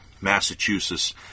Massachusetts